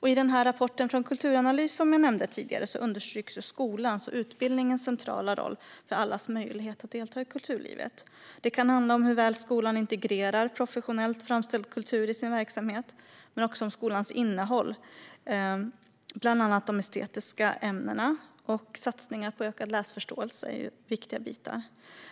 I den rapport från Kulturanalys som jag nämnde tidigare understryks skolans och utbildningens centrala roll för allas möjlighet att delta i kulturlivet. Det kan handla om hur väl skolan integrerar professionellt framställd kultur i sin verksamhet. Men det kan också handla om skolans innehåll. Bland annat de estetiska ämnena och satsningar på ökad läsförståelse är viktiga delar.